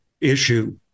issue